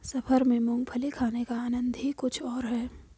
सफर में मूंगफली खाने का आनंद ही कुछ और है